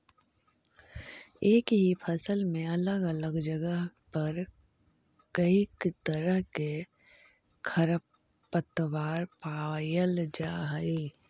एक ही फसल में अलग अलग जगह पर कईक तरह के खरपतवार पायल जा हई